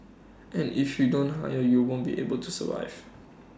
and if you don't hire you won't be able to survive